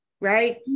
right